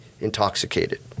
intoxicated